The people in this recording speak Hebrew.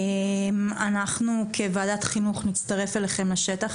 אנחנו כוועדת חינוך נצטרף אליכם לשטח,